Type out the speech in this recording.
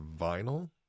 vinyl